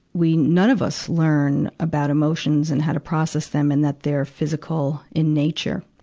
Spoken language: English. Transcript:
we, none of us learn about emotions and how to process them and that they're physical in nature.